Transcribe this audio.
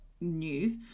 news